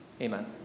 Amen